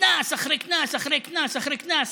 קנס אחרי קנס אחרי קנס אחרי קנס,